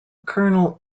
colonel